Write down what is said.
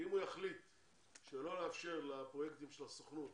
שאם הוא יחליט שלא לאפשר לפרויקטים של הסוכנות